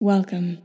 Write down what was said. Welcome